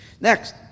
Next